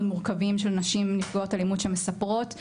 מורכבים של נשים נפגעות אלימות שמספרות.